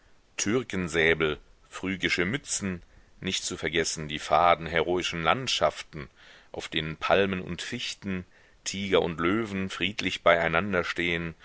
türkensäbel phrygische mützen nicht zu vergessen die faden heroischen landschaften auf denen palmen und fichten tiger und löwen friedlich beieinanderstehen